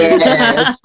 Yes